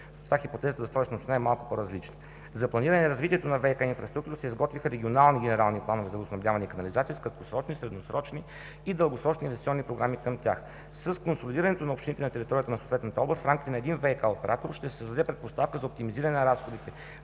Затова хипотезата за Столична община е малко по-различна. За планиране на развитието на ВиК инфраструктурата се изготвиха регионални генерални планове за водоснабдяване и канализация с краткосрочни, средносрочни и дългосрочни инвестиционни програми към тях. С консолидирането на общините на територията на съответната област в рамките на един ВиК оператор ще се създаде предпоставка за оптимизиране на разходите